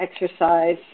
exercise